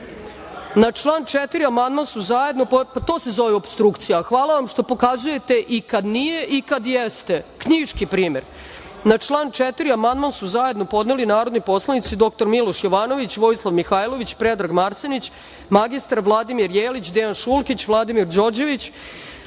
član 4. amandman su zajedno podneli narodni poslanici dr Miloš Jovanović, Vojislav Mihailović, Predrag Marsenić, mr Vladimir Jelić, Dejan Šulkić, Vladimir Đorđević,